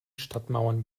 stadtmauern